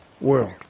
world